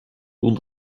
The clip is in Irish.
dún